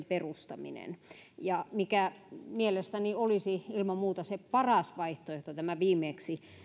perustaminen mikä mielestäni olisi ilman muuta se paras vaihtoehto tämä viimeksi